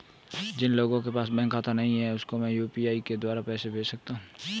जिन लोगों के पास बैंक खाता नहीं है उसको मैं यू.पी.आई के द्वारा पैसे भेज सकता हूं?